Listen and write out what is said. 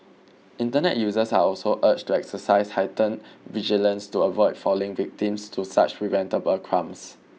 Internet users are also urged to exercise heightened vigilance to avoid falling victims to such preventable crimes